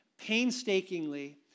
painstakingly